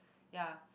ya